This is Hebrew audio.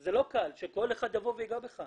זה לא קל שכל אחד יבוא וייגע בך.